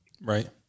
Right